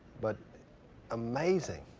but amazing.